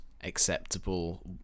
acceptable